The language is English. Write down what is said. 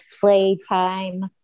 playtime